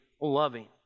loving